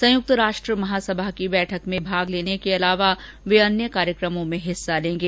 संयुक्त राष्ट्र महासभा की बैठक में भाग लेने के अलावा वे अन्य कार्यक्रमों में हिस्सा लेंगे